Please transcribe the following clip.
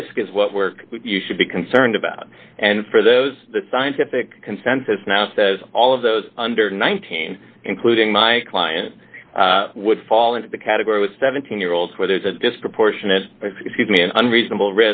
risk is what work you should be concerned about and for those the scientific consensus now says all of those under nineteen including my client would fall into the category with seventeen year olds where there's a disproportionate excuse me an unreasonable